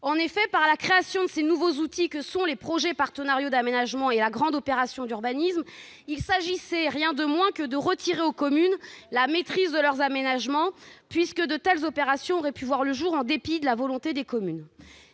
En effet, par la création de ces nouveaux outils que sont les projets partenariaux d'aménagement, les PPA, et la grande opération d'urbanisme, la GOU, il s'agissait- rien de moins ! -que de retirer aux communes la maîtrise de leur aménagement, puisque de telles opérations auraient pu voir le jour en dépit de la volonté des communes.